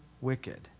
wicked